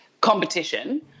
competition